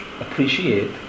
appreciate